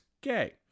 gay